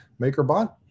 MakerBot